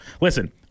listen